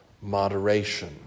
moderation